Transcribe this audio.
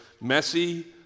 messy